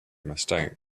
mistake